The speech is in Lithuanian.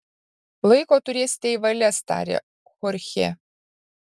laiko turėsite į valias tarė chorchė